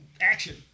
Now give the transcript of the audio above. Action